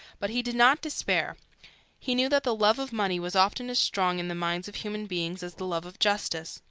but he did not despair he knew that the love of money was often as strong in the minds of human beings as the love of justice.